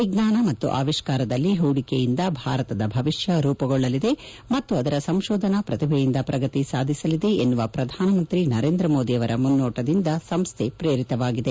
ವಿಜ್ಞಾನ ಮತ್ತು ಅವಿಷ್ಠಾರದಲ್ಲಿ ಹೂಡಿಕೆಯಿಂದ ಭಾರತದ ಭವಿಷ್ಠ ರೂಪುಗೊಳ್ಳಲಿದೆ ಮತ್ತು ಅದರ ಸಂಶೋಧನಾ ಪ್ರತಿಭೆಯಿಂದ ಪ್ರಗತಿ ಸಾಧಿಸಲಿದೆ ಎನ್ನುವ ಪ್ರಧಾನ ಮಂತ್ರಿ ನರೇಂದ್ರ ಮೋದಿಯವರ ಮುನ್ನೋಟದಿಂದ ಸಂಸ್ಥೆ ಪ್ರೇರಿತವಾಗಿದೆ